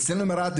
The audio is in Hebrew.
אצלנו ברהט,